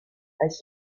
als